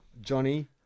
Johnny